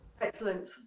Excellent